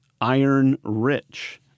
iron-rich